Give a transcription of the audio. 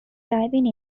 diving